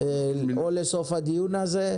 21 יום מקובל עלי.